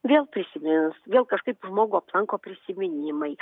vėl prisimins vėl kažkaip žmogų aplanko prisiminimai